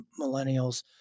millennials